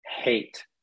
hate